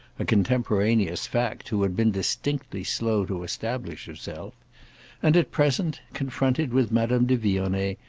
a contemporaneous fact who had been distinctly slow to establish herself and at present, confronted with madame de vionnet,